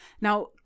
Now